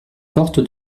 porte